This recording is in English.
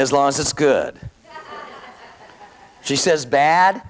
as long as it's good she says bad